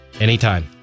anytime